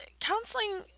counseling